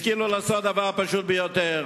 השכילו לעשות דבר פשוט ביותר: